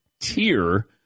tier